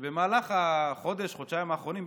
שבמהלך החודש-חודשיים האחרונים,